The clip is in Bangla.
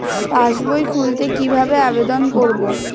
পাসবই খুলতে কি ভাবে আবেদন করব?